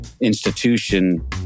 institution